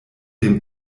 dem